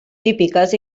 típiques